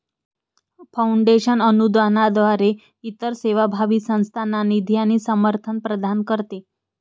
foundation अनुदानाद्वारे इतर सेवाभावी संस्थांना निधी आणि समर्थन प्रदान करते